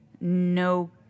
No